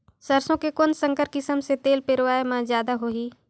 सरसो के कौन संकर किसम मे तेल पेरावाय म जादा होही?